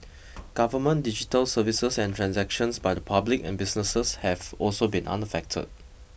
government digital services and transactions by the public and businesses have also been unaffected